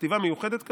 בכתיבה מיוחדת כזאת,